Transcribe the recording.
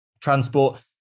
transport